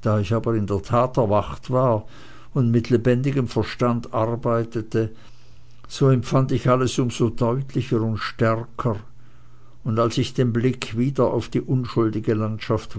da ich aber in der tat erwacht war und mit lebendigem verstande arbeitete so empfand ich alles um so deutlicher und stärker und als ich den blick wieder auf die unschuldige landschaft